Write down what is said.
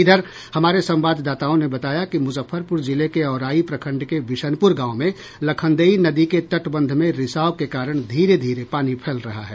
इधर हमारे संवाददाताओं ने बताया कि मुजफ्फरपुर जिले के औराई प्रखंड के विशनपुर गांव में लखनदेई नदी के तटबंध में रिसाव के कारण धीरे धीरे पानी फैल रहा है